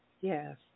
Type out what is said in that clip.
Yes